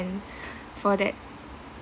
went for that